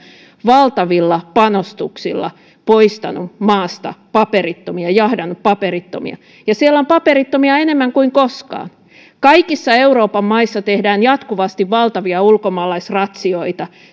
valtavilla panostuksilla poistanut maasta paperittomia jahdannut paperittomia ja siellä on paperittomia enemmän kuin koskaan kaikissa euroopan maissa tehdään jatkuvasti valtavia ulkomaalaisratsioita